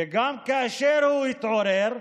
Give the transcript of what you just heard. וגם כאשר הוא התעורר,